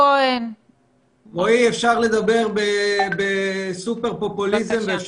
אפשר לדבר בסופר-פופוליזם,